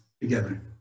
together